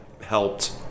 helped